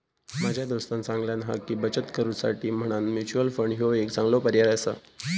माझ्या दोस्तानं सांगल्यान हा की, बचत करुसाठी म्हणान म्युच्युअल फंड ह्यो एक चांगलो पर्याय आसा